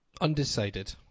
Undecided